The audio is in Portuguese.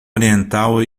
oriental